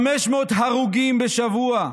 500 הרוגים בשבוע.